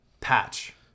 Patch